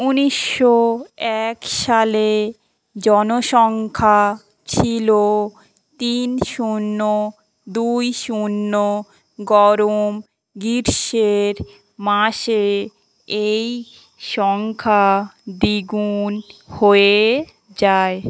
উনিশশো এক সালে জনসংখ্যা ছিলো তিন শূন্য দুই শূন্য গরম গ্রীষ্মের মাসে এই সংখ্যা দ্বিগুণ হয়ে যায়